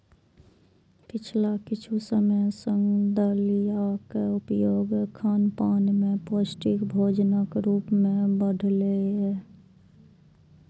पिछला किछु समय सं दलियाक उपयोग खानपान मे पौष्टिक भोजनक रूप मे बढ़लैए